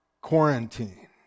quarantine